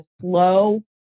slow